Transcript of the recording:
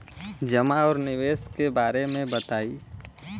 जमा और निवेश के बारे मे बतायी?